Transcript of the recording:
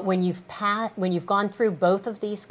when you've passed when you've gone through both of these